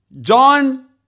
John